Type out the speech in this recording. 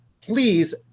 please